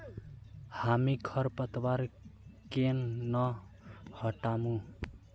हामी खरपतवार केन न हटामु